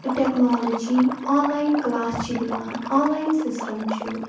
technology online class چھِ دِوان online system چھُ